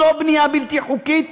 זאת בנייה בלתי חוקית